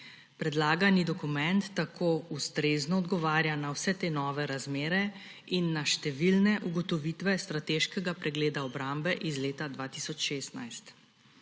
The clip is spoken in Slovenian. Predlagani dokument tako ustrezno odgovarja na vse te nove razmere in na številne ugotovitve strateškega pregleda obrambe iz leta 2016.